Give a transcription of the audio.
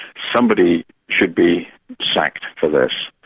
somebody should be sacked for this'.